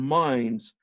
minds